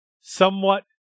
somewhat